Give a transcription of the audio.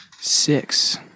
Six